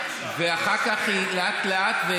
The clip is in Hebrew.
ואחר כך היא לאט-לאט,